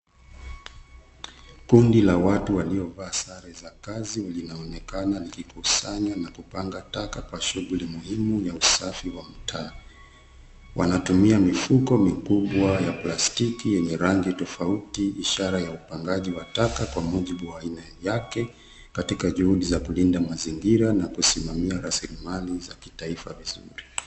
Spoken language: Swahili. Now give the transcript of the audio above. Kundi la watu waliovaa sare za kazi linaonekana likikusanya na kupanga taka kwa shughuli muhimu ya usafi wa mtaa ,wanatumia mifuko mikubwa ya plastiki yenye rangi tofauti ishara ya upangaji wa taka kwa mujibu wa aina yake katika juhudi za kulinda mazingira na kusimamia rasilimali za kitaifa.